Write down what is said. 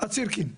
עד סירקין,